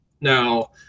Now